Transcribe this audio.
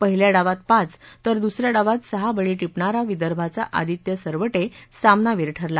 पहिल्या डावात पाच तर दुसऱ्या डावात सहा बळी टिपणारा विदर्भाचा आदित्य सरवटे सामनावीर ठरला